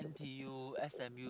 T_U S_M_U